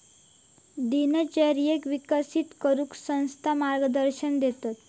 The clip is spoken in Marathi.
दिनचर्येक विकसित करूक संस्था मार्गदर्शन देतत